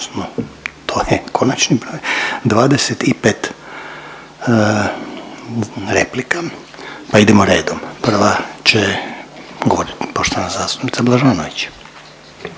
to je konačni broj 25 replika, pa idemo redom. Prva će govoriti poštovana zastupnica Blažanović